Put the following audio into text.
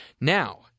Now